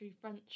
French